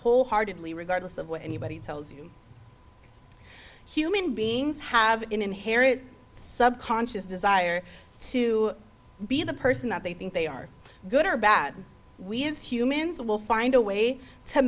wholeheartedly regardless of what anybody tells you human beings have an inherent sub conscious desire to be the person that they think they are good or bad we as humans will find a way to